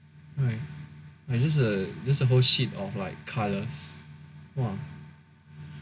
like it's just a whole sheet of like colours !wah!